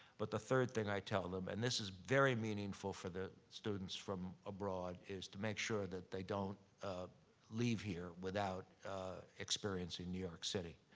but the third thing i tell them, and this is very meaningful for the students from abroad, is to make sure that they don't leave here without experiencing new york city.